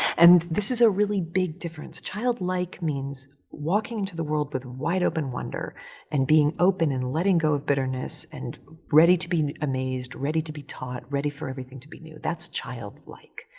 and this is a really big difference. childlike means walking into the world with wide open wonder and being open and letting go of bitterness and ready to be amazed, ready to be taught, ready for everything to be new. that's childlike.